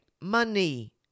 money